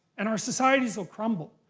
and our societies will crumble.